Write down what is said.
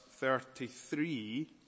33